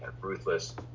ruthless